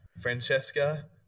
Francesca